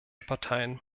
parteien